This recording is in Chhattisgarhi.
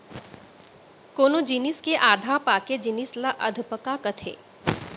कोनो जिनिस के आधा पाके जिनिस ल अधपका कथें